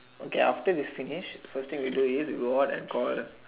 okay after we finish first thing we do is we go out and call